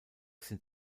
sind